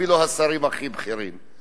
אפילו השרים הכי בכירים.